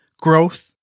growth